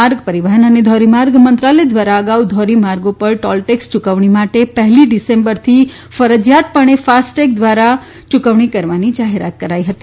માર્ગ પરીવહન અને ધોરીમાર્ગ મંત્રાલય ધ્વારા અગાઉ ધોરીમાર્ગો પર ટોલ ટેક્ષ યુકવણી માટે પહેલી ડિસેમ્બરથી ફરજીયાત પણે ફાસ્ટ ટેગ ધ્વારા કરવાની જાહેરાત કરાઇ હતી